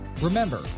Remember